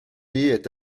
est